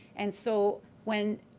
and so, when